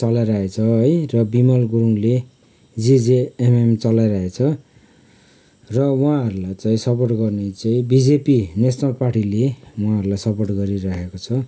चलाइरहेछ है र बिमल गुरुङले जीजेएमएम चलाइरहेछ र उहाँहरूलाई चाहिँ सपोर्ट गर्ने चाहिँ बिजेपी नेसनल पार्टीले उहाँहरूलाई सपोर्ट गरिरहेको छ